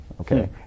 okay